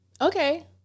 Okay